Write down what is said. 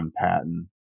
Patton